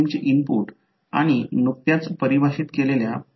तर पुनरावृत्ती तेथे होईल यामुळे यास कोणतीही चूक होऊ नये म्हणूनच दोनदा तेथे आहे